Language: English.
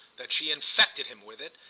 that she infected him with it,